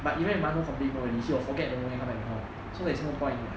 but even if 馒头 completely know already he will forget about coming in the hall so theres no point already [what]